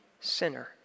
sinner